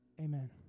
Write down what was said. amen